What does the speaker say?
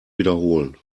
wiederholen